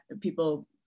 people